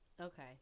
okay